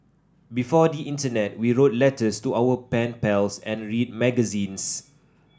before the internet we wrote letters to our pen pals and read magazines